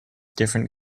different